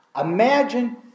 Imagine